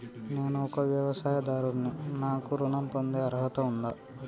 నేను ఒక వ్యవసాయదారుడిని నాకు ఋణం పొందే అర్హత ఉందా?